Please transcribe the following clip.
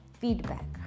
feedback